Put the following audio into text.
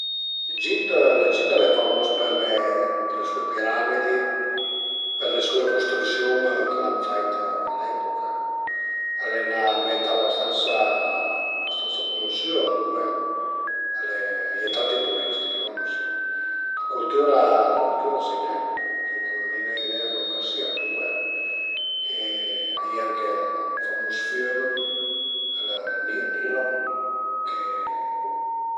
La bestia pi stran-a che l'ai vist, l'ai vistla cuand suma andé truvé me cugnà ën Costa Rica a parte a parte i papagai e cule coze li ch'a sun, però cul li pi strano al e staita, stait l'iguana, l'iguana al e al e ën rettile, al e brüt da vëde però al e al e bravissim, al e 'na coza tant stran-a